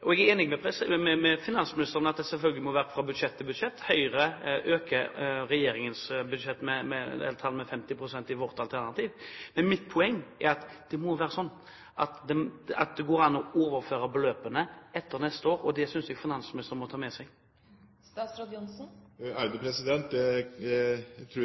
Jeg er enig med finansministeren i at det selvfølgelig må bestemmes fra budsjett til budsjett. Høyre øker dette med 50 pst. i sitt alternative budsjett i forhold til Regjeringens budsjett. Men mitt poeng er at det må gå an å overføre beløpene til neste år, og det synes jeg finansministeren må ta med seg. Jeg tror jeg